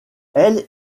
elle